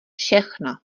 všechno